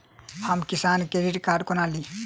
हम किसान credit card कोना ली?